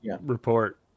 report